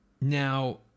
Now